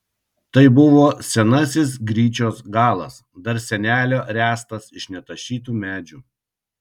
tai buvo senasis gryčios galas dar senelio ręstas iš netašytų medžių